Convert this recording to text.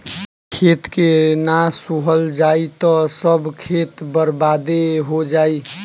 खेत के ना सोहल जाई त सब खेत बर्बादे हो जाई